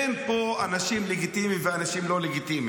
אין פה אנשים לגיטימיים ואנשים לא לגיטימיים.